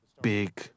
big